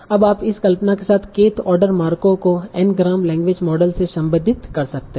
अब आप इस कल्पना के साथ kth ऑर्डर मार्कोवा को N ग्राम लैंग्वेज मॉडल से संबंधित कर सकते हैं